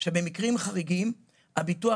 אנחנו רוצים שבמקרים חריגים הביטוח